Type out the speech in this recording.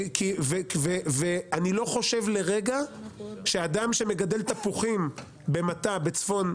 אני לא חושב לרגע שאדם שמגדל תפוחים במטע בצפון,